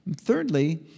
Thirdly